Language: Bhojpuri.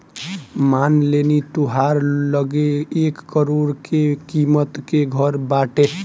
मान लेनी तोहरा लगे एक करोड़ के किमत के घर बाटे